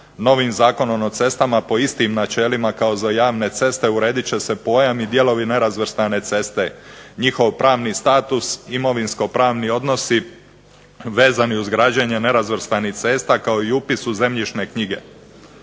Novim Zakonom o cestama po istim načelima kao za javne ceste uredit će se pojam i dijelovi nerazvrstane ceste, njihov pravni status, imovinsko-pravni odnosi vezani uz građenje nerazvrstanih cesta kao i upis u zemljišne knjige.